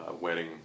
wedding